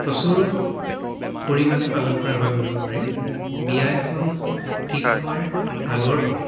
প্ৰচুৰ পৰিমাণে পালন কৰা হয় বুলিব পাৰি বিয়া এখন ঠিক হোৱাৰ আগৰ পৰা